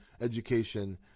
education